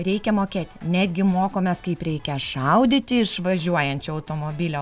reikia mokėti netgi mokomės kaip reikia šaudyti iš važiuojančio automobilio